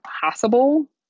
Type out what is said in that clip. possible